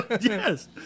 Yes